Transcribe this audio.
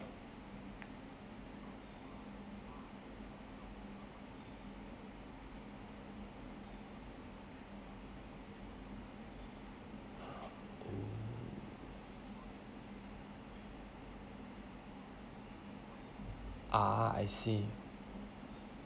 ah I see